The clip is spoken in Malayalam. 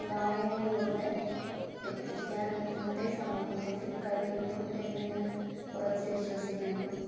വായനയിലൂടെ എത്തിക്കാൻ ഇന്നത്തെ സമൂഹത്തിന് കഴിയുന്നു എന്ന് ഞാൻ ഉറച്ചു വിശ്വസിക്കുന്നു